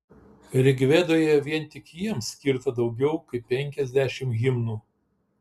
rigvedoje vien tik jiems skirta daugiau kaip penkiasdešimt himnų